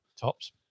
tops